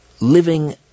living